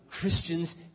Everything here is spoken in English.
Christians